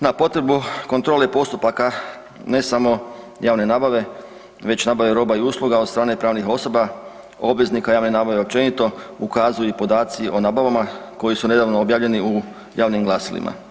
Na potrebu kontrole postupaka ne samo javne nabave već nabave roba i usluga od strane pravnih osoba, obveznika javne nabave općenito ukazuju i podaci o nabavama koji su nedavno objavljeni u javnim glasilima.